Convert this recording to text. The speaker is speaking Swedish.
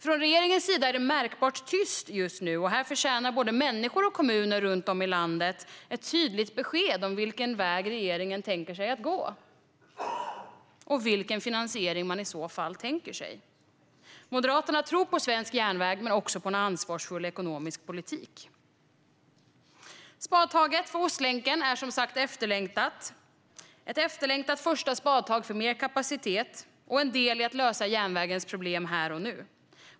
Från regeringens sida är det märkbart tyst just nu, och här förtjänar både människor och kommuner runt om i landet ett tydligt besked om vilken väg regeringen tänker sig att gå och vilken finansiering man i så fall tänker sig. Moderaterna tror på svensk järnväg men också på en ansvarsfull ekonomisk politik. Spadtaget för Ostlänken är som sagt ett efterlängtat första spadtag för mer kapacitet och en del i att lösa järnvägens problem här och nu.